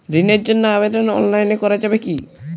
ঋণের জন্য আবেদন অনলাইনে করা যাবে কি?